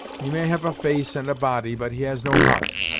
he may have a face, and a body, but he has no heart.